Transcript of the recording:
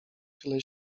tyle